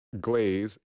glaze